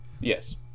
Yes